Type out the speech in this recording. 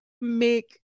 Make